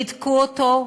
ריתקו אותו,